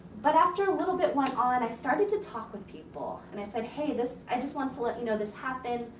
but after a little bit went on i started to talk with people. and i said, hey i just wanted to let you know this happened.